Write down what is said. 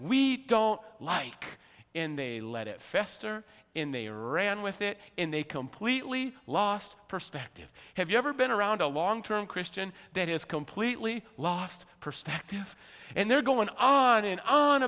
we don't like in they let it fester in they are ran with it in a completely lost perspective have you ever been around a long term christian that is completely lost perspective and they're going on and on